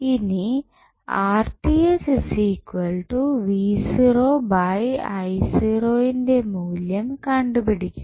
ഇനി ന്റെ മൂല്യം കണ്ടുപിടിക്കുക